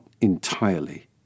entirely